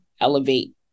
elevate